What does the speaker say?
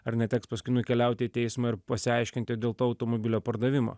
ar neteks paskui nukeliauti į teismą ir pasiaiškinti dėl to automobilio pardavimo